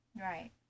Right